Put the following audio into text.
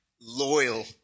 loyal